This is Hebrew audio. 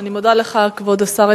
אני מודה לך, כבוד השר.